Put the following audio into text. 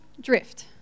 drift